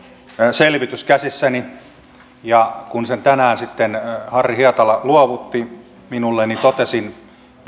selvitys käsissäni ja kun sen tänään sitten harri hietala luovutti minulle niin totesin